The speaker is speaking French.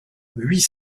huit